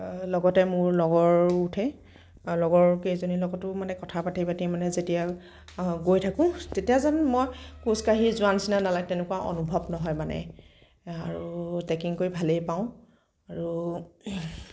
লগতে মোৰ লগৰো উঠে আৰু লগৰকেইজনীৰ লগতো মানে কথা পাতি পাতি মানে যেতিয়া গৈ থাকোঁ তেতিয়া যেন মই খোজকাঢ়ি যোৱাৰ নিচিনা নালাগে তেনেকুৱা অনুভৱ নহয় মানে আৰু ট্ৰেকিং কৰি ভালেই পাওঁ আৰু